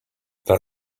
that